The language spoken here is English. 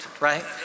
right